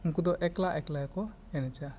ᱩᱱᱠᱩ ᱫᱚ ᱮᱠᱞᱟ ᱮᱠᱞᱟ ᱜᱮ ᱠᱚ ᱮᱱᱮᱡᱟ